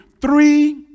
three